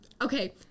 Okay